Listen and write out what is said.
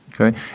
Okay